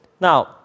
Now